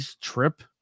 trip